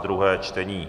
druhé čtení